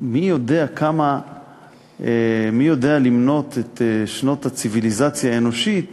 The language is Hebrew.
מי יודע למנות את שנות הציוויליזציה האנושית